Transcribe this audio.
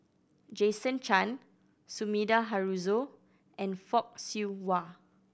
Jason Chan Sumida Haruzo and Fock Siew Wah